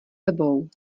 sebou